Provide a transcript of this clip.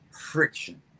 friction